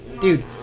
Dude